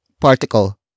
particle